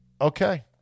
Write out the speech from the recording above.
Okay